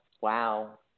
wow